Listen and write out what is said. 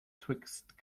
twixt